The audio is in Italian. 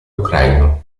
ucraino